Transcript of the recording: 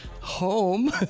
Home